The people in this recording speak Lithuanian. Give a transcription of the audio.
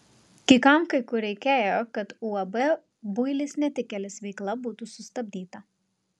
kai kam kai kur reikėjo kad uab builis netikėlis veikla būtų sustabdyta